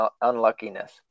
unluckiness